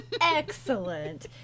Excellent